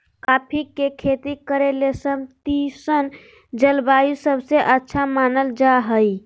coffee के खेती करे ले समशितोष्ण जलवायु सबसे अच्छा मानल जा हई